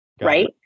Right